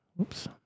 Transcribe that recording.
Oops